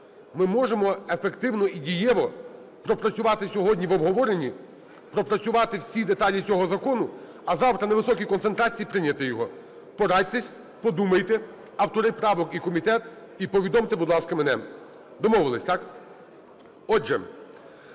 ми можемо ефективно і дієво пропрацювати сьогодні в обговоренні, пропрацювати всі деталі цього закону, а завтра на високій концентрації прийняти його. Порадьтеся, подумайте, автори правок і комітет, і повідомте, будь ласка, мене. Домовилися, так? Отже,